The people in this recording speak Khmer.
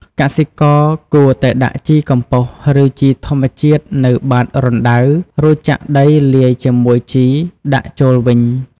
កសិករគួរតែដាក់ជីកំប៉ុស្ត ឬជីធម្មជាតិនៅបាតរណ្ដៅ រួចចាក់ដីលាយជាមួយជីដាក់ចូលវិញ។